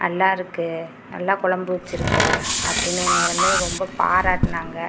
நல்லாயிருக்கு நல்லா கொழம்பு வச்சுருக்க அப்படினு என்னை வந்து ரொம்ப பாராட்டினாங்க